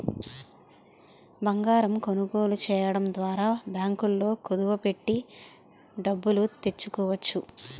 బంగారం కొనుగోలు చేయడం ద్వారా బ్యాంకుల్లో కుదువ పెట్టి డబ్బులు తెచ్చుకోవచ్చు